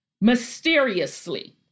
mysteriously